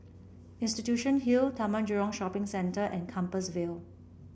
Institution Hill Taman Jurong Shopping Center and Compassvale